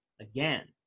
again